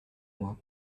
moi